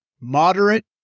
moderate